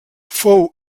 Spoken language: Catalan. fou